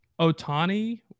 Otani